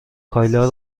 کایلا